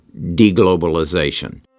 deglobalization